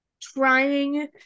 trying